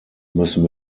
müssen